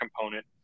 component